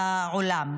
העולם.